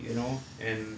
you know and